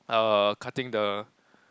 err cutting the